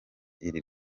iri